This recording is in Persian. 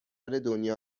دنیا